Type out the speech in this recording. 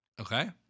Okay